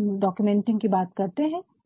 documenting कि बात करते है